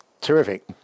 Terrific